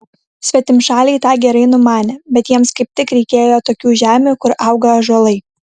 svetimšaliai tą gerai numanė bet jiems kaip tik reikėjo tokių žemių kur auga ąžuolai